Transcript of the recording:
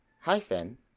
hyphen